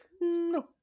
no